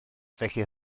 felly